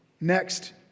Next